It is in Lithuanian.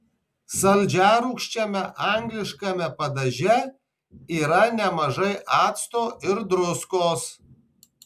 saldžiarūgščiame angliškame padaže yra nemažai acto ir druskos